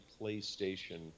PlayStation